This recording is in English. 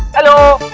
hello!